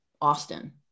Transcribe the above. Austin